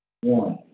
one